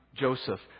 Joseph